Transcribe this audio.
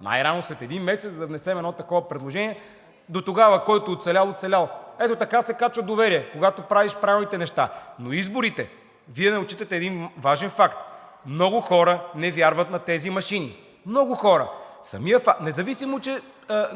Най-рано след един месец да внесем едно такова предложение. Дотогава, който оцелял – оцелял! Ето така се качва доверие, когато правиш правилните неща. Но изборите. Вие не отчитате един важен факт – много хора не вярват на тези машини. Много хора,